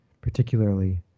particularly